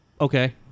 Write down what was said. Okay